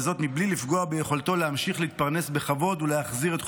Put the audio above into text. וזאת בלי לפגוע ביכולתו להמשיך להתפרנס בכבוד ולהחזיר את חובותיו.